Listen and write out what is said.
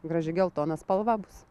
graži geltona spalva bus